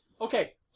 Okay